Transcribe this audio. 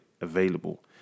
available